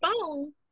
phone